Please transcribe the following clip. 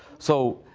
so,